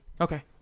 okay